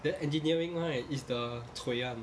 then engineering right is the cui one